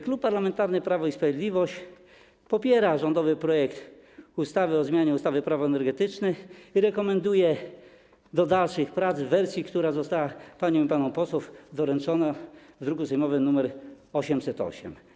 Klub Parlamentarny Prawo i Sprawiedliwość popiera rządowy projekt ustawy o zmianie ustawy - Prawo energetyczne i rekomenduje skierowanie do dalszych prac w wersji, która została paniom i panom posłom wręczona w druku sejmowym nr 808.